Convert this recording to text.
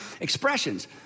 expressions